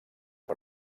per